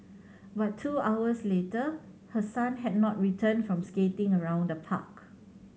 but two hours later her son had not returned from skating around the park